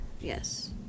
yes